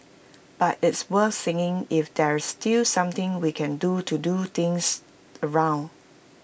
but it's worth seeing if there's still something we can do to do things around